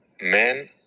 men